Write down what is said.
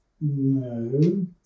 No